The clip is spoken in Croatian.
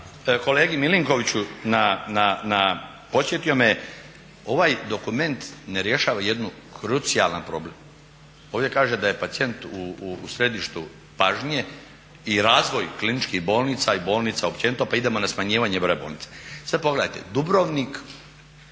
kolegi Milinkoviću, podsjetio me, ovaj dokument ne rješava jedan krucijalan problem. Ovdje kaže da je pacijent u središtu pažnje i razvoj kliničkih bolnica i bolnica općenito, pa idemo na smanjivanje broja bolnica. Sad pogledajte, Dubrovnik-Split